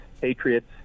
patriots